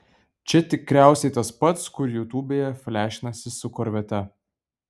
čia tikriausiai tas pats kur jutubėje flešinasi su korvete